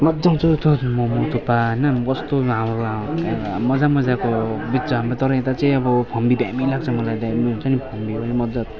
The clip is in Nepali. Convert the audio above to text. मज्जा आउँछ हौ यत्रो यत्रो मोमो थुक्पा होइन कस्तो लामो लामो क्या मज्जा मज्जाको बिक्छ तर हाम्रो यता चाहिँ अब फम्बी दामी लाग्छ मलाई त्यहाँ उयो हुन्छ नि फम्बी पनि मज्जााको